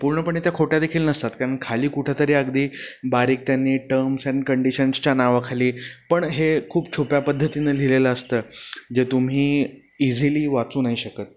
पूर्णपणे त्या खोट्यादेखील नसतात कारण खाली कुठंतरी अगदी बारीक त्यांनी टर्म्स अँड कंडिशन्सच्या नावाखाली पण हे खूप छुप्या पद्धतीनं लिहिलेलं असतं जे तुम्ही इझिली वाचू नाही शकत